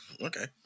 okay